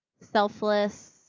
selfless